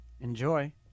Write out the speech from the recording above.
Enjoy